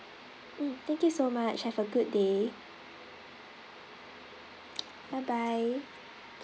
mm thank you so much have a good day bye bye